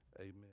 amen